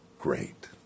great